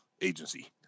Agency